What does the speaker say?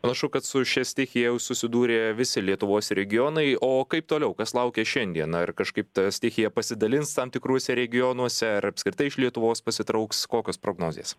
panašu kad su šia stichija jau susidūrė visi lietuvos regionai o kaip toliau kas laukia šiandieną ir kažkaip ta stichija pasidalins tam tikruose regionuose ar apskritai iš lietuvos pasitrauks kokios prognozės